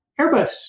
Airbus